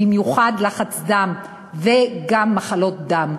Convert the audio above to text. במיוחד לחץ-דם וגם מחלות דם.